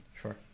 Sure